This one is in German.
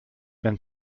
wenn